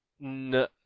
No